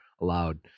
allowed